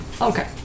Okay